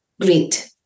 great